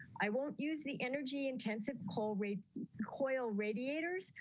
i won't use the energy intensive coal rate coil radiators.